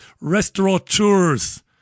restaurateurs